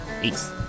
peace